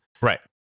right